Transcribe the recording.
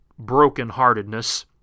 brokenheartedness